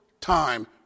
time